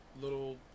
little